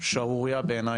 שערורייה בעיני,